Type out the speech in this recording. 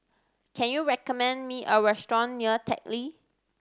can you recommend me a restaurant near Teck Lee